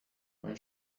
when